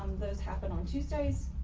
those happen on tuesdays.